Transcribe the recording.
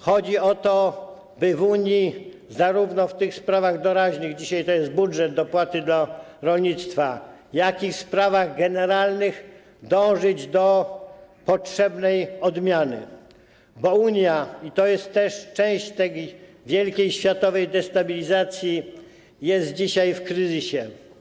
Chodzi o to, by w Unii - zarówno w tych sprawach doraźnych, dzisiaj to jest budżet, dopłaty do rolnictwa, jak i w sprawach generalnych - dążyć do potrzebnej odmiany, bo Unia, i to jest część tej wielkiej światowej destabilizacji, jest dzisiaj w kryzysie.